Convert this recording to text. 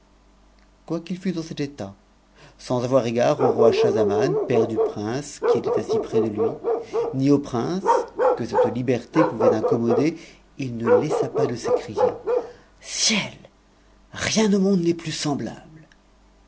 quoiqu'il fût en cet état sans avoir égard au roi schabzaman père tlu prince qui était assis près de lui ni au prince que cette liberté vait incommoder il ne laissa pas de s'écrier ciel rien au monde n plus semblable